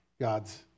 God's